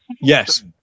Yes